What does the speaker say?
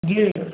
जी